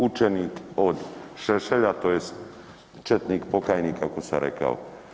Učenik od Šešelja, tj. četnika pokajnik, kako sam rekao.